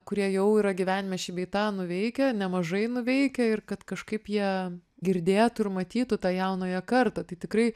kurie jau yra gyvenime šį bei tą nuveikę nemažai nuveikę ir kad kažkaip jie girdėtų ir matytų tą jaunąją kartą tai tikrai